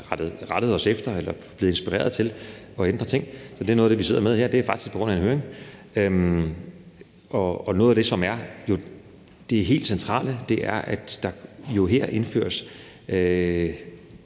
rettet os efter noget eller er blevet inspireret til at ændre ting. Så noget af det, vi sidder med her, er faktisk på baggrund af en høring. Og noget af det, som er helt centralt, er jo, at der her indføres